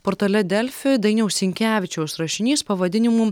portale delfi dainiaus sinkevičiaus rašinys pavadinimu